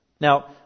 Now